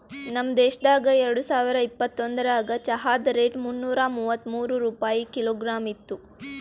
ನಮ್ ದೇಶದಾಗ್ ಎರಡು ಸಾವಿರ ಇಪ್ಪತ್ತೊಂದರಾಗ್ ಚಹಾದ್ ರೇಟ್ ಮುನ್ನೂರಾ ಮೂವತ್ಮೂರು ರೂಪಾಯಿ ಕಿಲೋಗ್ರಾಮ್ ಇತ್ತು